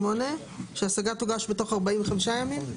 שההשגה תוגש בתוך 45 ימים?